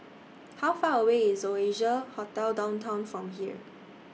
How Far away IS Oasia Hotel Downtown from here